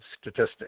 statistics